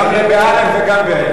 גם באל"ף וגם בה"א.